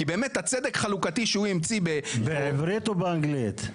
כי באמת הצדק החלוקתי שהוא המציא --- בעברית או באנגלית?